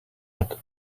yet